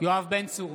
יואב בן צור,